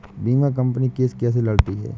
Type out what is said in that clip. बीमा company case कैसे लड़ती है?